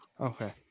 Okay